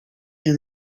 and